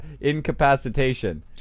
incapacitation